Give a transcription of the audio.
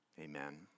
Amen